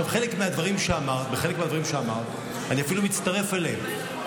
חלק מהדברים שאמרת, אני אפילו מצטרף אליהם.